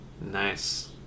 Nice